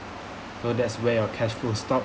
so that's where your cashflow stopped